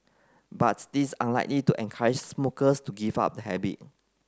but this unlikely to encourage smokers to give up the habit